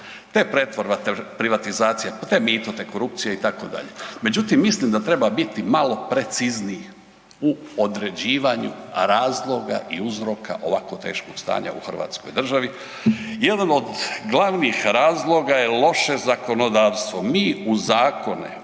te pretvorba, te privatizacija, te mito, te korupcija itd., međutim mislim da treba biti malo precizniji u određivanju razloga i uzroka ovako teškog stanja u hrvatskoj državi. Jedan od glavnih razloga je loše zakonodavstvo. Mi u zakone